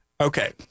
Okay